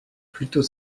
plutôt